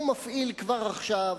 הוא מפעיל כבר עכשיו,